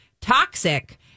Toxic